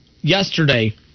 yesterday